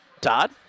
Todd